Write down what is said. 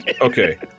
Okay